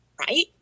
right